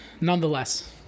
nonetheless